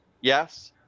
Yes